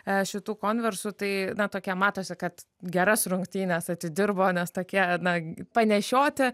e šitų konversų tai na tokie matosi kad geras rungtynes atidirbo nes tokie na g panešioti